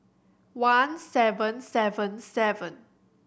one seven seven seven